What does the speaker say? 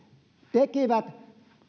tekivät